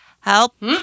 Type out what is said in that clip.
help